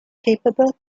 capable